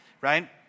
right